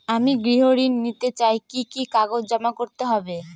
আমি গৃহ ঋণ নিতে চাই কি কি কাগজ জমা করতে হবে?